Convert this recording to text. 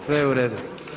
Sve je u redu.